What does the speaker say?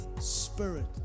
spirit